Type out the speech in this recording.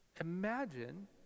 imagine